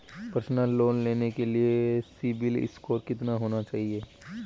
Personal loan लेने के लिए सिबिल स्कोर कितना होना चाहिए?